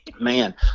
Man